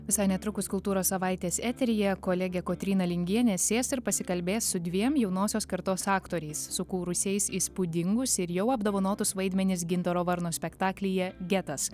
visai netrukus kultūros savaitės eteryje kolegė kotryna lingienė sės ir pasikalbės su dviem jaunosios kartos aktoriais sukūrusiais įspūdingus ir jau apdovanotus vaidmenis gintaro varno spektaklyje getas